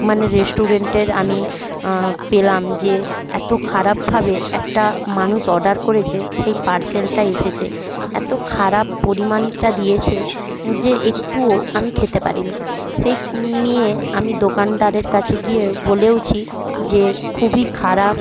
মানে রেস্টুরেন্টের আমি পেলাম যে এতো খারাপভাবে একটা মানুষ অর্ডার করেছে সেই পার্সেলটা এসেছে এতো খারাপ পরিমাণটা দিয়েছে যে একটুও আমি খেতে পারি নি সেই নিয়ে আমি দোকানদারের কাছে গিয়ে বলেওছি যে খুবই খারাপ